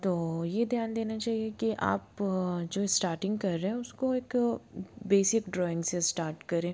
तो ये ध्यान देना चाहिए कि आप जो इस्टारटींग कर रहे हैं उसको एक बेसिक ड्राइंग से इस्टार्ट करें